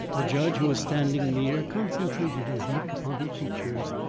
the judge, who was standing near, concentrated his look upon her features.